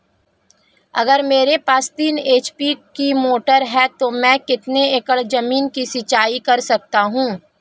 अगर मेरे पास तीन एच.पी की मोटर है तो मैं कितने एकड़ ज़मीन की सिंचाई कर सकता हूँ?